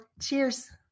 Cheers